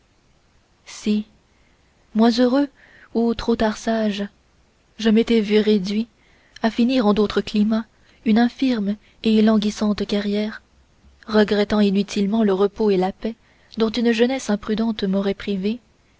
si moins heureux ou trop tard sage je m'étais vu réduit à finir en d'autres climats une infirme et languissante carrière regrettant inutilement le repos et la paix dont une jeunesse imprudente m'aurait privé